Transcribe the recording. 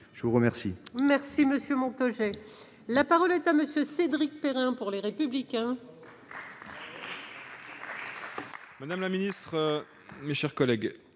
Je vous remercie,